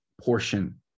portion